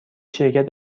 شرکت